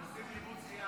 הוא מוסיף לימוד שחייה